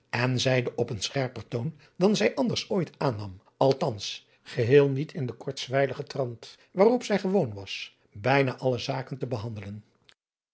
johannes wouter blommesteyn toon dan zij anders ooit aannam althans geheel niet in den kortswijligen trant waarop zij gewoon was bijna alle zaken te behandelen